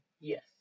Yes